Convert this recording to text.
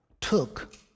took